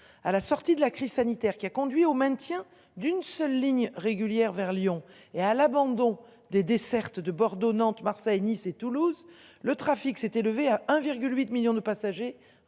à la sortie de la crise sanitaire qui a conduit au maintien d'une seule ligne régulière vers Lyon et à l'abandon des dessertes de Bordeaux, Nantes, Marseille, Nice et Toulouse. Le trafic s'est élevé à 1,8 millions de passagers